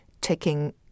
Taking